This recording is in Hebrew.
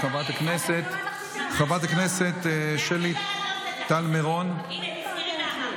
חבר הכנסת מיכאל מרדכי ביטון,